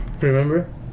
Remember